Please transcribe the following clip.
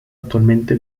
attualmente